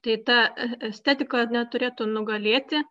tai ta estetika neturėtų nugalėti